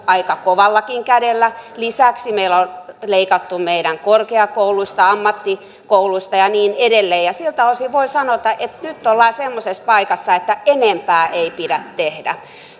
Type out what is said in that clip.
aika kovallakin kädellä lisäksi meillä on leikattu meidän korkeakouluistamme ammattikouluistamme ja niin edelleen siltä osin voi sanoa että nyt ollaan semmoisessa paikassa että enempää ei pidä tehdä